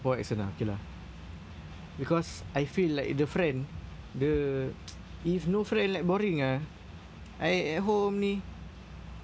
accent ah okay lah because I feel like the friend the if no friend like boring ah I at home only